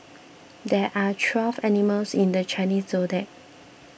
there are twelve animals in the Chinese zodiac